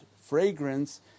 fragrance